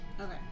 Okay